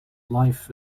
life